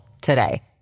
today